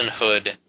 personhood